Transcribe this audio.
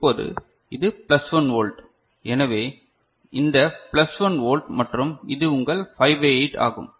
இப்போது இது plus 1 volt எனவே இந்த பிளஸ் 1 வோல்ட் மற்றும் இது உங்கள் 5 பை 8 ஆகும்